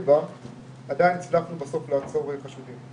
בה עדיין הצלחנו בסוף לעצור חשודים.